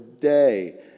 day